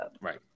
Right